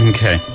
Okay